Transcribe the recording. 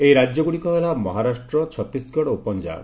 ଏହି ରାଜ୍ୟଗ୍ରଡିକ ହେଲା ମହାରାଷ୍ଟ୍ର ଛତିଶଗଡ ଓ ପଞ୍ଜାବ